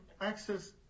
access